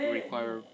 require